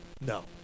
No